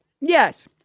Yes